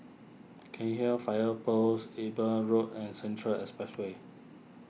Cairnhill Fire Post Eben Road and Central Expressway